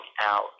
out